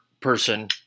person